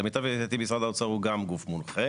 למיטב ידיעתי משרד האוצר הוא גם גוף מונחה